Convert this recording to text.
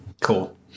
Cool